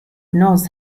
knows